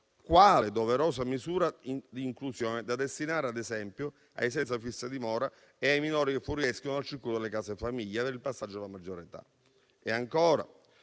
quale doverosa misura di inclusione da destinare, ad esempio, ai senza fissa dimora e ai minori che fuoriescono dal circuito delle case famiglia per il passaggio alla maggiore